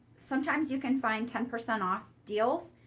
sometimes you can find ten percent off deals.